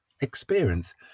experience